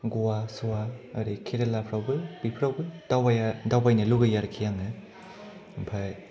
गवा सवा एरै केराला फ्रावबो बेफोरावबो दावबाया दावबायनो लुबैयो आरो आमफ्राय